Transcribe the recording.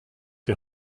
die